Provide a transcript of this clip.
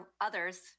others